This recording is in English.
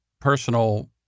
personal